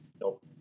Nope